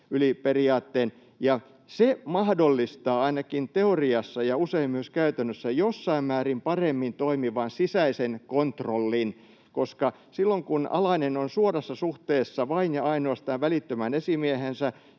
se mahdollistaa ainakin teoriassa ja usein myös käytännössä jossain määrin paremmin toimivan sisäisen kontrollin, koska kun alainen on suorassa suhteessa vain ja ainoastaan välittömään esimieheensä,